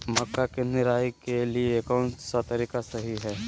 मक्का के निराई के लिए कौन सा तरीका सही है?